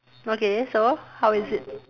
okay so how is it